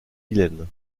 vilaine